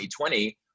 2020